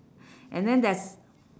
and then there's